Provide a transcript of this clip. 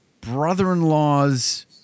brother-in-law's